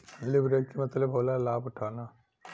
leverage के मतलब होला लाभ उठाना